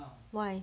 why